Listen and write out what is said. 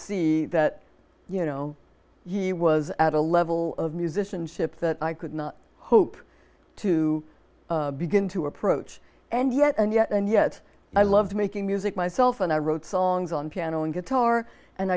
see that you know he was at a level of musicianship that i could not hope to begin to approach and yet and yet and yet i loved making music myself and i wrote songs on piano and guitar and